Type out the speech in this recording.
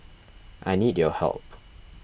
I need your help